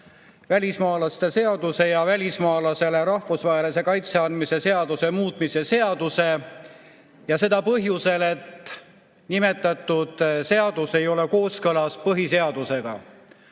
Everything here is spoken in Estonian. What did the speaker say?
välismaalaste seaduse ja välismaalasele rahvusvahelise kaitse andmise seaduse muutmise seaduse, seda põhjusel, et nimetatud seadus ei ole kooskõlas põhiseadusega.